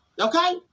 Okay